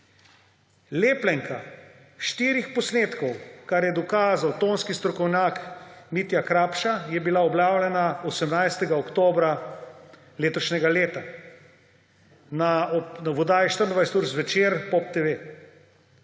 Lepljenka štirih posnetkov, kar je dokazal tonski strokovnjak Mitja Krapša, je bila objavljena 18. oktobra letošnjega leta na oddaji 24UR ZVEČER, POP TV.